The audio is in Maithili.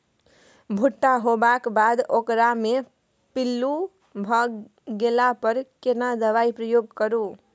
भूट्टा होबाक बाद ओकरा मे पील्लू भ गेला पर केना दबाई प्रयोग करू?